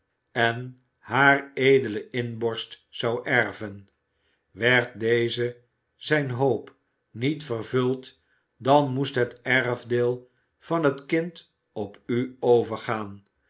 en hare edele inborst zou erven werd deze zijne hoop niet vervuld dan moest het erfdeel van het kind op u overgaan